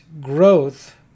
growth